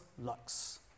lux